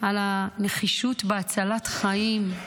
על הנחישות בהצלת חיים,